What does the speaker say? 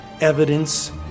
evidence